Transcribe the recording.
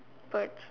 birds